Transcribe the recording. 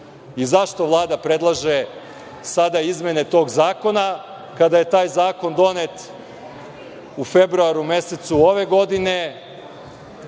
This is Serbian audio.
Zašto Vlada predlaže izmene tog zakona, kada je taj zakon donet u februaru mesecu ove godine,